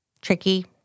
tricky